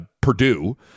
Purdue